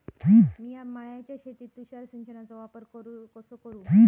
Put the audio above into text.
मिया माळ्याच्या शेतीत तुषार सिंचनचो वापर कसो करू?